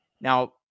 Now